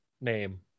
name